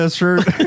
shirt